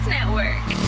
Network